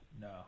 no